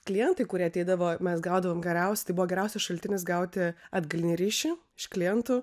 klientai kurie ateidavo mes gaudavom geriausi tai buvo geriausias šaltinis gauti atgalinį ryšį iš klientų